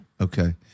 Okay